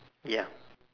ya